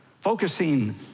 focusing